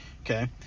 Okay